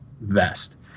vest